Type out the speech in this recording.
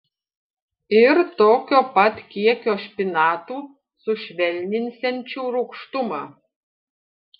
ir tokio pat kiekio špinatų sušvelninsiančių rūgštumą